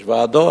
יש ועדות.